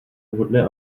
vhodné